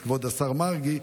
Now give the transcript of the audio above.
את כבוד השר מרגי,